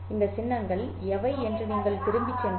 இந்த சின்னங்கள் எவை என்று நீங்கள் திரும்பிச் சென்றால்